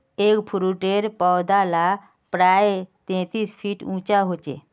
एगफ्रूटेर पौधा ला प्रायः तेतीस फीट उंचा होचे